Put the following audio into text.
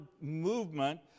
movement